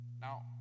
Now